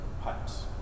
pipes